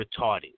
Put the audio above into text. retarded